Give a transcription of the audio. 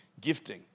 gifting